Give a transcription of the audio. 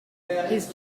his